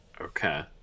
okay